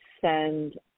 send